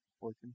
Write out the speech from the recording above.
Working